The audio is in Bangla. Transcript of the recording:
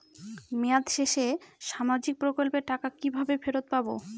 মেয়াদ শেষে সামাজিক প্রকল্পের টাকা কিভাবে ফেরত পাবো?